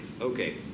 Okay